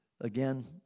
Again